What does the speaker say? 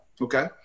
Okay